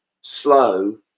Slow